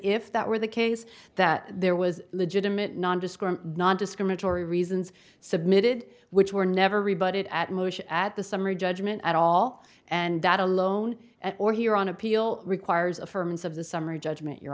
if that were the case that there was legitimate non descript nondiscriminatory reasons submitted which were never rebut it at motion at the summary judgment at all and that alone or here on appeal requires affirms of the summary judgment your